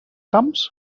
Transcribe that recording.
camps